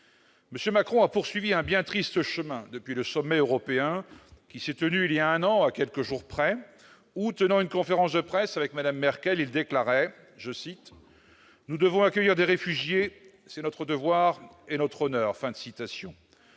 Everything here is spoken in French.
M. Macron a poursuivi un bien triste chemin depuis le sommet européen qui s'est tenu il y a un an à quelques jours près, à l'issue duquel, tenant une conférence de presse avec Mme Merkel il déclarait :« Nous devons accueillir des réfugiés, c'est notre devoir et notre honneur.